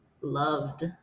loved